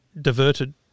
diverted